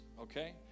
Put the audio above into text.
okay